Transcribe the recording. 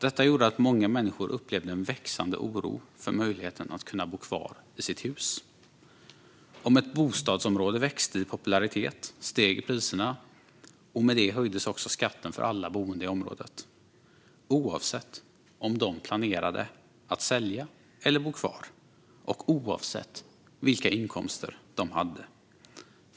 Detta gjorde att många människor upplevde en växande oro för möjligheten att bo kvar i sina hus. Om ett bostadsområde växte i popularitet steg priserna, och med det höjdes också skatten för alla boende i området - oavsett om de planerade att sälja eller bo kvar och oavsett vilka inkomster de hade.